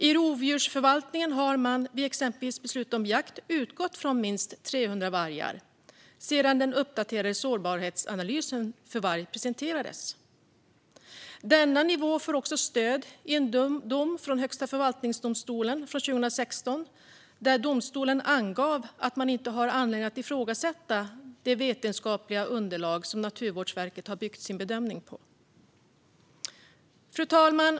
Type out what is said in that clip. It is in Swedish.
I rovdjursförvaltningen har man vid exempelvis beslut om jakt utgått från minst 300 vargar sedan den uppdaterade sårbarhetsanalysen för varg presenterades. Denna nivå får också stöd i en dom från Högsta förvaltningsdomstolen från 2016, där domstolen angav att man inte hade anledning att ifrågasätta det vetenskapliga underlag som Naturvårdsverket har byggt sin bedömning på. Fru talman!